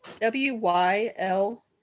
w-y-l